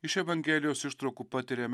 iš evangelijos ištraukų patiriame